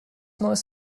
neues